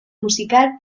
musical